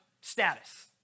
status